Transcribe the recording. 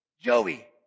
Joey